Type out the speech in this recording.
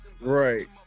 Right